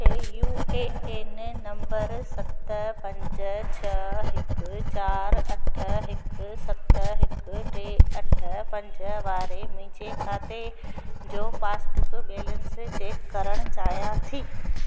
मूंखे U A N number सत पंज छ्ह हिकु चार अठ हिकु सत हिकु टे अठ पंज वारे मुंहिंजे खाते जो पासबुक बैलेंस चेक करणु चाहियां थी